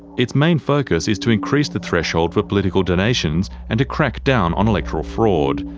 its main focus is to increase the threshold for political donations and to crack down on electoral fraud.